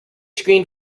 screen